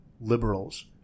liberals